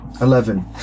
Eleven